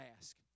ask